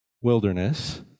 wilderness